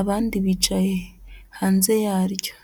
abandi bicaye hanze yaryo.